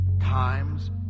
times